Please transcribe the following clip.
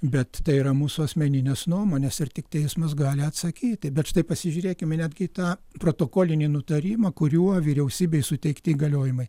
bet tai yra mūsų asmeninės nuomonės ir tik teismas gali atsakyti bet štai pasižiūrėkime į netgi tą protokolinį nutarimą kuriuo vyriausybei suteikti įgaliojimai